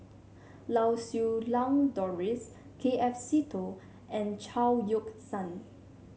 Lau Siew Lang Doris K F Seetoh and Chao Yoke San